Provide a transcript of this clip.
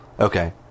Okay